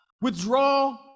withdraw